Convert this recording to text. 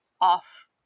off